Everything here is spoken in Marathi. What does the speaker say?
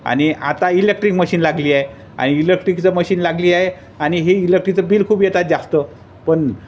आणि आता इलेक्ट्रिक मशीन लागली आहे आणि इलेक्ट्रिकचं मशीन लागली आहे आणि ही इलेक्ट्रिकचं बिल खूप येतात जास्त पण